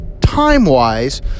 time-wise